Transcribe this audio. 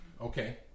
okay